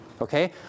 Okay